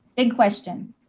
big question?